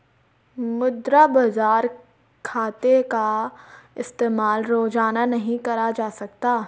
मुद्रा बाजार खाते का इस्तेमाल रोज़ाना नहीं करा जा सकता